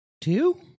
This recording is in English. two